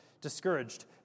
discouraged